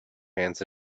hands